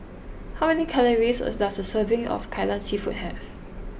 how many calories does a serving of Kai Lan seafood have